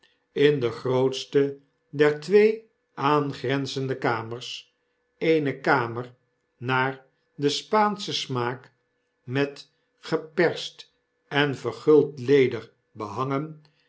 in de grootste der twee aangrenzende kamers eene kamer naar den spaanschen smaak met geperst en verguld leder behangen